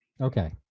Okay